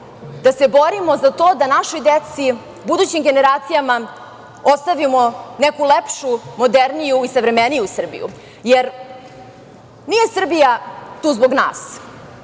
da se borimo za to da našoj deci, budućim generacijama ostavimo neku lepšu, moderniju i savremeniju Srbiju jer nije Srbija tu zbog nas.